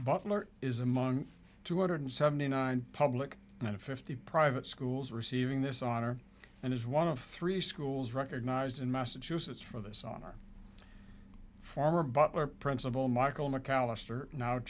butler is among two hundred seventy nine public and fifty private schools receiving this honor and is one of three schools recognized in massachusetts for this honor former butler principal michael mcallister now